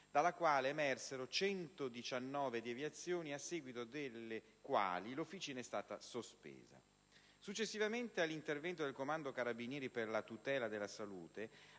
dalla quale emersero 119 deviazioni, a seguito delle quali l'Officina è stata sospesa. Successivamente all'intervento del Comando dei carabinieri per la tutela della salute,